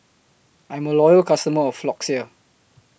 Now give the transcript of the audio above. I'm A Loyal customer of Floxia